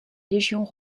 légions